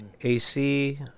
AC